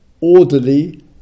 orderly